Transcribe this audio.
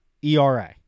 ERA